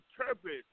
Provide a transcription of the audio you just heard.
interpret